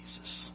Jesus